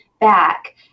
back